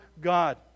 God